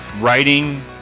writing